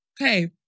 Okay